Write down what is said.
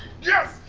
yes!